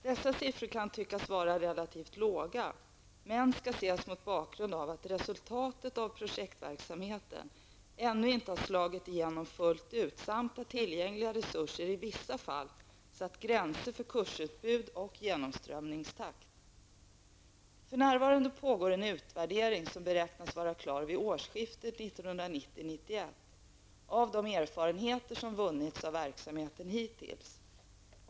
Dessa siffror kan tyckas vara relativt låga, men skall ses mot bakgrund av att resultaten av projektverksamheten ännu inte har slagit igenom fullt ut samt att tillgängliga resurser i vissa fall satt gränser för kursutbud och genomströmningstakt. För närvarande pågår en utvärdering, som beräknas vara klar vid årsskiftet 1990-1991, av de erfarenheter som vunnits av verksamheten hittills.